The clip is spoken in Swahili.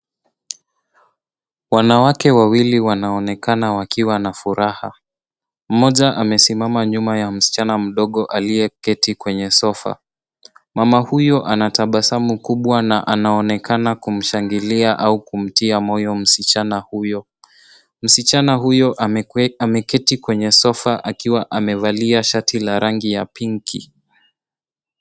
Wanawake wawili wanaonekana wakiwa na furaha. Mmoja amesimama nyuma ya mschana mdogo aliyeketi kwenye sofa. Mama huyu ana tabasamu kubwa na anaonekana kumshangilia au kumtia moyo mschana huyo. Mschana huyo ameketi kwenye sofa akiwa amevalia shati la rangi ya pinki.